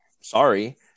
Sorry